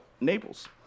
Naples